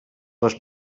les